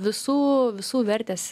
visų visų vertės